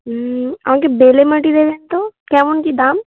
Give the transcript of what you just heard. হুম আমাকে বেলে মাটি দেবেন তো কেমন কী দাম